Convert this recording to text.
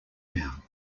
now